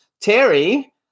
Terry